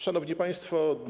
Szanowni Państwo!